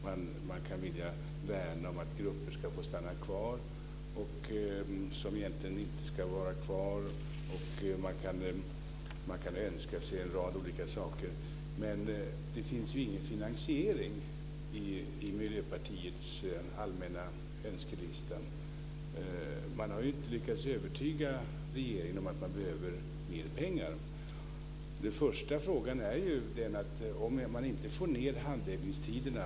Man kan vilja värna om att grupper ska få stanna kvar som egentligen inte ska vara kvar, och man kan önska sig en rad olika saker. Men det finns ju ingen finansiering i Miljöpartiets allmänna önskelista. Man har ju inte lyckats övertyga regeringen om att man behöver mer pengar. Den första frågan handlar ju om att få ned handläggningstiderna.